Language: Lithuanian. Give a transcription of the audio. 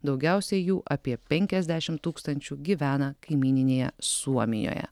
daugiausia jų apie penkiasdešimt tūkstančių gyvena kaimyninėje suomijoje